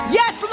yes